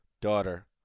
daughter